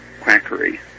quackery